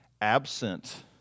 absent